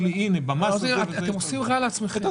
אתם עושים רע לעצמכם.